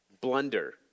blunder